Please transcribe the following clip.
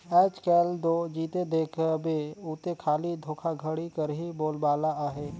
आएज काएल दो जिते देखबे उते खाली धोखाघड़ी कर ही बोलबाला अहे